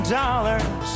dollars